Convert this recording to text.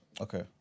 Okay